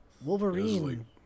Wolverine